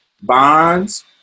Bonds